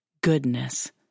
goodness